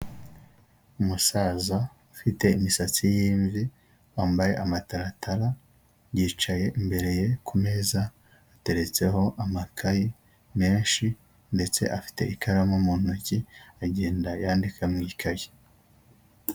Umusaza ufite imisatsi y'imvi wambaye amataratara, yicaye imbere ye kumezaeza ateretseho amakayi menshi, ndetse afite ikaramu mu ntoki agenda yandika mu ikaye.